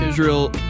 Israel